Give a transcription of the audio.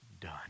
done